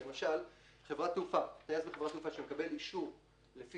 למשל טיס בחברת תעופה שמקבל אישור לפי